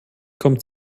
kommt